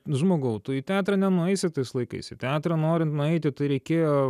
žmogau tu į teatrą nenueisi tais laikais į teatrą norint nueiti tai reikėjo